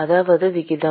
அதாவது விகிதம்